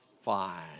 fine